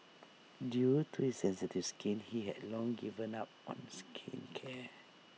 due to his sensitive skin he had long given up on skincare